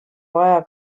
vaja